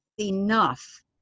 enough